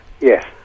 Yes